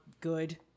good